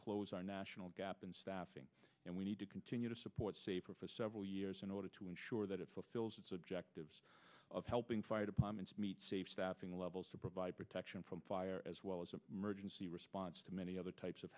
close our national gap and staffing and we need to continue to support safer for several years in order to ensure that it fulfills its objectives of helping fire departments meet safe staffing levels to provide protection from fire as well as an emergency response to many other types of